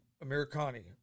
Americani